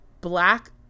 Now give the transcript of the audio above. black